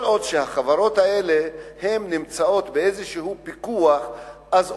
כל עוד החברות האלה נמצאות בפיקוח כלשהו,